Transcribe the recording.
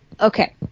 okay